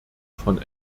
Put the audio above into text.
von